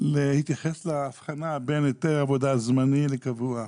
היתר עבודה זמני לקבוע?